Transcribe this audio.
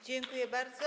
Dziękuję bardzo.